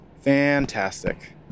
Fantastic